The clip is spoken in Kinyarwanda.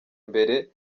imbere